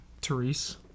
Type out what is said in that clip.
Therese